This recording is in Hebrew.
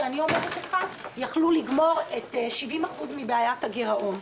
שאני אומרת לך: יכלו לגמור את 70% מבעיית הגירעון.